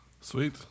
Sweet